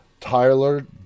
Tyler